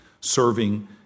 serving